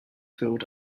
field